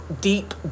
deep